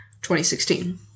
2016